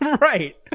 right